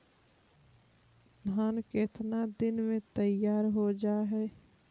धान केतना दिन में तैयार हो जाय है?